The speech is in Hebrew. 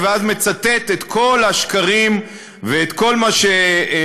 ואז מצטט את כל השקרים ואת כל מה שבאופן